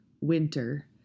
winter